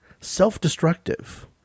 self-destructive